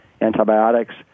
antibiotics